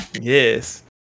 Yes